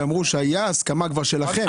שאמרו שכבר הייתה הסכמה שלכם.